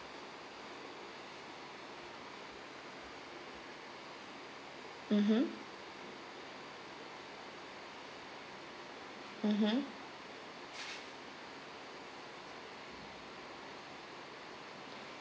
mmhmm mmhmm